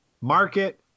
market